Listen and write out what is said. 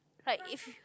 like if